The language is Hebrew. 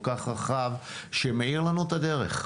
כל כך רחב שמאיר לנו את הדרך.